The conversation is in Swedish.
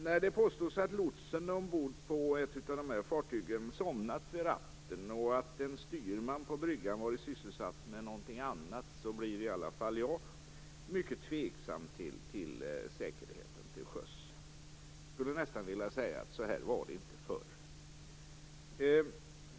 När det påstås att lotsen ombord på ett av dessa fartyg hade somnat vid ratten och att en styrman på bryggan hade varit sysselsatt med någonting annat blir i alla fall jag mycket tvivlande vad gäller säkerheten till sjöss. Jag skulle nästan vilja säga att det inte var så här förr.